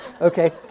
Okay